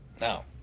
Now